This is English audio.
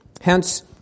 Hence